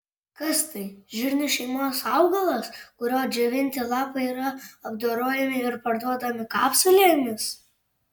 kas tai žirnių šeimos augalas kurio džiovinti lapai yra apdorojami ir parduodami kapsulėmis